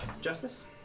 justice